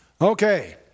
Okay